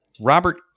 Robert